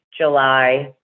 July